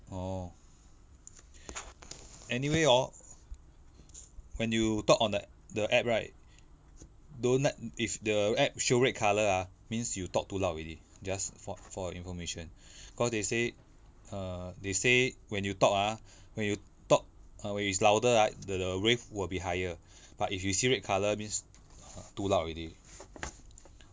orh anyway orh when you talk on the the app right don't let if the app show red colour ah means you talk too loud already just for for your information cause they say uh they say when you talk ah when you talk err when it's louder ah the the wave will be higher but if you see red colour means too loud already